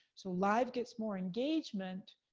so live gets more engagement,